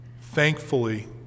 thankfully